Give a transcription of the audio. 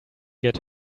get